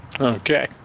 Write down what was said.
Okay